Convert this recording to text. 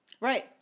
Right